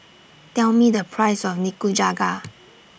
Tell Me The Price of Nikujaga